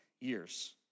years